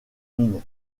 mine